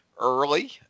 early